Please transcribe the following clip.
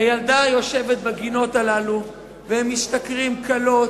הילדה יושבת בגינות הללו והם משתכרים כלוט.